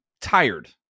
tired